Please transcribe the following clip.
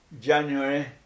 January